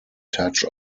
touch